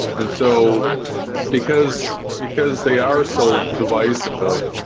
and so because because they are so device of